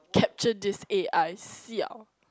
capture this a_i siao